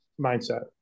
mindset